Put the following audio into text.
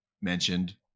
mentioned